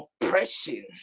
oppression